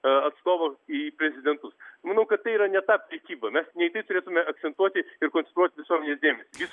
atstovą į prezidentus manau kad tai yra ne ta prekyba mes ne į tai turėtumėme akcentuoti ir konstruot visuomenės dėmesį